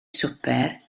swper